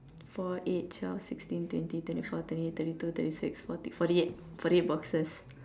four eight twelve sixteen twenty twenty four twenty eight thirty two thirty six forty forty eight forty eight boxes